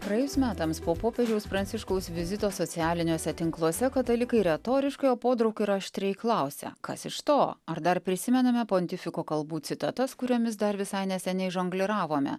praėjus metams po popiežiaus pranciškaus vizito socialiniuose tinkluose katalikai retoriškai o podraug ir aštriai klausia kas iš to ar dar prisimename pontifiko kalbų citatas kuriomis dar visai neseniai žongliravome